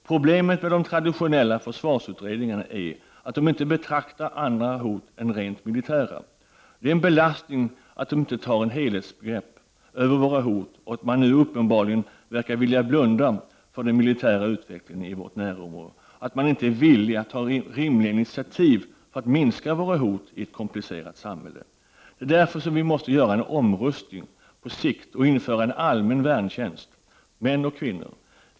Problemet med de traditionella försvarsutredningarna är att de inte beaktar andra hot än de rent militära. Det är en belastning att de inte ser på helheten vad gäller hoten mot oss och att de nu uppenbarligen verkar vilja blunda för den militära utvecklingen i vårt närområde. Utredningarna är heller inte villiga att ta rimliga initiativ för att i ett komplicerat samhälle se till att hoten mot oss minskar. Därför krävs på sikt en omrustning och ett införande av en allmän värntjänst för både män och kvinnor.